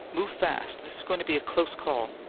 move fast! this is going to be a close call.